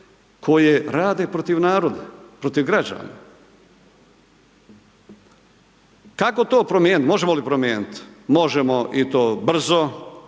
koje rade protiv naroda, protiv građana. Kako to promijenit, možemo li promijenit, možemo i to brzo